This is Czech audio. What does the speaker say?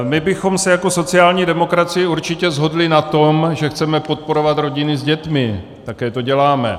My bychom se jako sociální demokracie určitě shodli na tom, že chceme podporovat rodiny s dětmi, také to děláme.